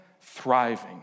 thriving